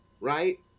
right